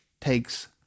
takes